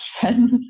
friends